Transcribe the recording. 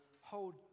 hold